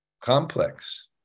complex